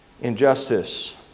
Injustice